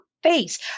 face